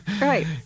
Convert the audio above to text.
right